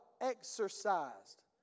Exercised